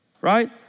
Right